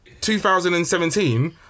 2017